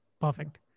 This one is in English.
Perfect